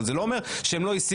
אבל זה לא אומר שהם לא השיגו,